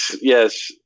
Yes